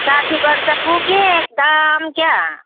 साठी वर्ष पुगेँ एकदम क्या